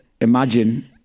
imagine